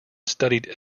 studied